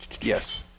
Yes